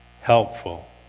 helpful